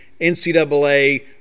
NCAA